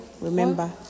remember